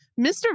Mr